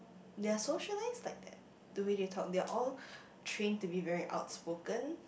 they are socialised like that the way they talk they are all trained to be very outspoken